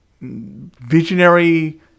visionary